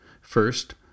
First